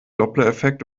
dopplereffekt